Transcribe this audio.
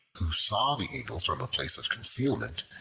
who saw the eagle from a place of concealment,